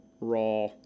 raw